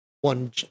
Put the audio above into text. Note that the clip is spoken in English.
one